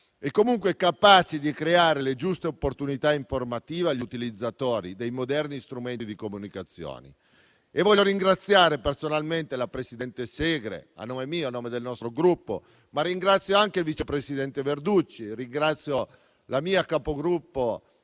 e comunque capaci di creare le giuste opportunità informative agli utilizzatori dei moderni strumenti di comunicazione. Voglio ringraziare personalmente la presidente Segre, a nome mio nome e del nostro Gruppo, ma ringrazio anche il vice presidente Verducci. Ringrazio la capogruppo